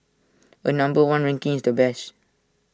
A number one ranking is the best